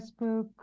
Facebook